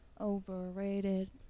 Overrated